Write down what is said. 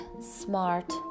smart